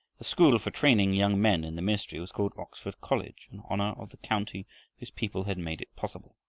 the school for training young men in the ministry was called oxford college, in honor of the county whose people had made it possible.